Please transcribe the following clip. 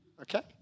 Okay